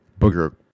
booger